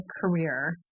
career